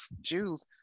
jews